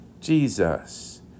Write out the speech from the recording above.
Jesus